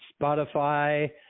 Spotify